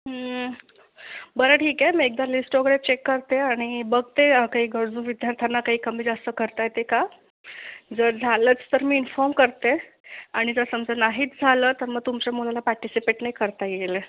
बरं ठीक आहे मी एकदा लिस्ट वगैरे चेक करते आणि बघते काही गरजू विद्यार्थ्यांना काही कमी जास्त करता येते का जर झालंच तर मी इन्फॉर्म करते आणि जर समजा नाहीच झालं तर मग तुमच्या मुलाला पार्टीसिपेट नाही करता येईल